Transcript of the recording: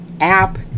app